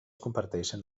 comparteixen